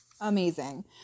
amazing